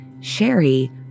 Sherry